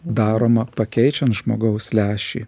daroma pakeičiant žmogaus lęšį